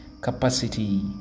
capacity